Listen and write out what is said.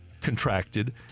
contracted